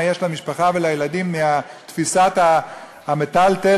יש למשפחה ולילדים מתפיסת המיטלטלין.